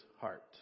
heart